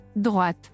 Droite